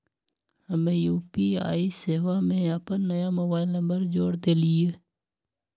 हम्मे यू.पी.आई सेवा में अपन नया मोबाइल नंबर जोड़ देलीयी